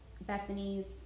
Bethany's